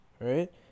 Right